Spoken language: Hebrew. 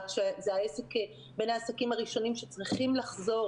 רק שזה בין העסקים הראשונים שצריכים לחזור